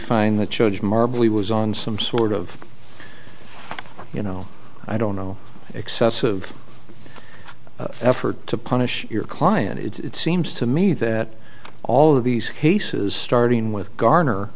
he was on some sort of you know i don't know excessive effort to punish your client it's seems to me that all of these cases starting with garner